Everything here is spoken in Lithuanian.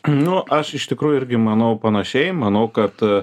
nu aš iš tikrųjų irgi manau panašiai manau kad